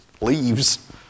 leaves